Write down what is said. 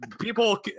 people